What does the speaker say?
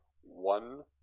one